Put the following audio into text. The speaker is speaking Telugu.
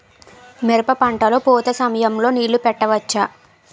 మిరప పంట లొ పూత సమయం లొ నీళ్ళు పెట్టవచ్చా?